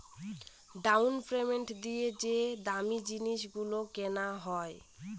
down payment দিয়ে যে দামী জিনিস গুলো কেনা হয়